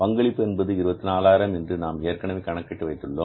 பங்களிப்பு என்பது 24000 என்று நாம் ஏற்கனவே கணக்கிட்டு வைத்துள்ளோம்